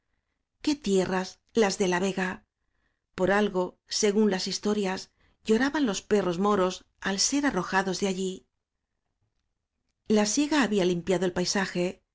que tierras las de la vega por algo según las hiso torias lloraban los perros moros al ser arroja dos de allí la siega había limpiado el paisaje